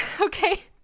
okay